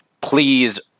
please